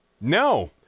No